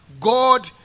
God